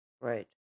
Right